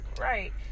Right